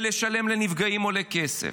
ולשלם לנפגעים עולה כסף.